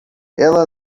ela